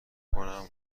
کنم